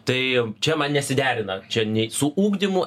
tai čia man nesiderina čia nei su ugdymu